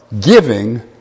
giving